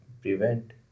prevent